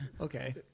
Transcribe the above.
Okay